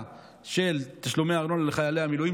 של תשלומי ארנונה לחיילי המילואים,